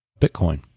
Bitcoin